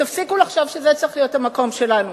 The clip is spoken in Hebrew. ותפסיקו לחשוב שזה צריך להיות המקום שלנו.